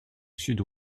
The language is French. sud